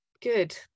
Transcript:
Good